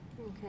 okay